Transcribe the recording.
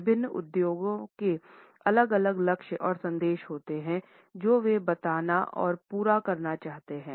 विभिन्न उद्योगों के अलग अलग लक्ष्य और संदेश होते हैं जो वे बताना और पूरा करना चाहते हैं